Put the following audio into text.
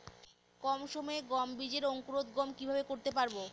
কম সময়ে গম বীজের অঙ্কুরোদগম কিভাবে করতে পারব?